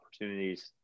opportunities